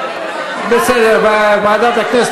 ועדת העבודה